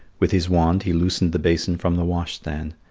with his wand he loosened the basin from the wash-stand.